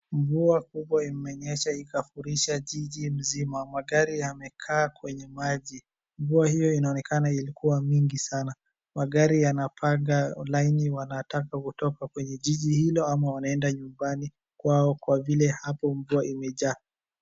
Mvua kubwa imenyesha ikafurisha jiji mzima. Magari yamekaa kwenye maji. Mvua hio inaonekana ilikuwa mingi sana. Magari yanapanga laini wanataka kutoka kwenye jiji hilo ama wanaenda nyumbani kwao kwa vile hapa mvua imejaa.